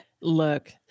Look